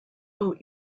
boat